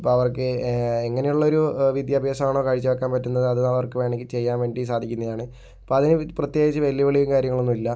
അപ്പം അവർക്ക് എങ്ങനെയുള്ള ഒരു വിദ്യഭ്യാസമാണ് കാഴ്ച വെക്കാൻ പറ്റുന്നത് അത് അവർക്ക് വേണമെങ്കിൽ ചെയ്യാൻ വേണ്ടി സാധിക്കുന്നെയാണ് അപ്പം അതിന് പ്രതേകിച്ച് വെല്ലുവിളി കാര്യങ്ങളൊന്നുമില്ല